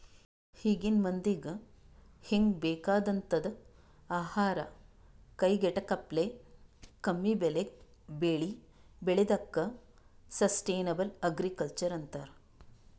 ಈಗಿನ್ ಮಂದಿಗ್ ಹೆಂಗ್ ಬೇಕಾಗಂಥದ್ ಆಹಾರ್ ಕೈಗೆಟಕಪ್ಲೆ ಕಮ್ಮಿಬೆಲೆಗ್ ಬೆಳಿ ಬೆಳ್ಯಾದಕ್ಕ ಸಷ್ಟನೇಬಲ್ ಅಗ್ರಿಕಲ್ಚರ್ ಅಂತರ್